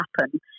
happen